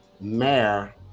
Mayor